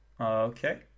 Okay